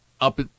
up